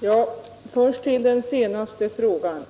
Herr talman! Först till den senaste frågan.